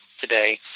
today